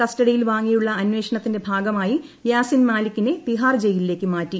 കസ്റ്റഡിയിൽ വാങ്ങിയുള്ള അന്വേഷണത്തിന്റെ ഭാഗമായി യാസിൻ മാലികിനെ തിഹാർ ജയിലിലേക്ക് മാറ്റി